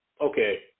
okay